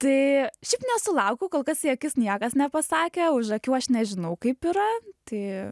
tai šiaip nesulaukiu kol kas į akis niekas nepasakė už akių aš nežinau kaip yra tai